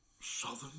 Southern